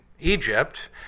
Egypt